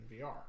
VR